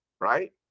Right